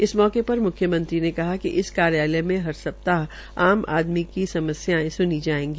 इस मौके पर मुख्यमंत्री ने कहा कि इस कार्यालय में हर सप्ताह आम आदमी की समस्यायें सुनी जायेगी